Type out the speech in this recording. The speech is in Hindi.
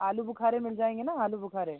आलू बुखारे मिल जाएंगे ना आलू बुखारे